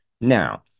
now